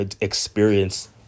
experience